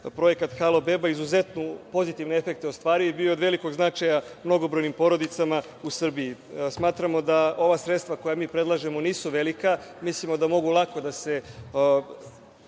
projekat „Halo beba“ izuzetno pozitivne efekte ostvario, i bio je od velikog značaja mnogobrojnim porodicama u Srbiji. Smatramo da ova sredstva koja mi predlažemo nisu velika. Mislimo da mogu lako da se